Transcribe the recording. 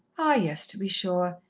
ah, yes, to be sure,